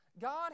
God